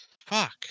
Fuck